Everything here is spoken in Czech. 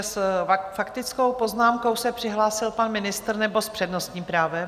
S faktickou poznámkou se přihlásil pan ministr, nebo s přednostním právem?